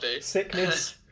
Sickness